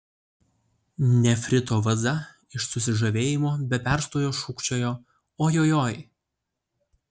nefrito vaza iš susižavėjimo be perstojo šūkčiojo ojojoi